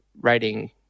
writing